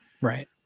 right